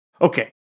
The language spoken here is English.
Okay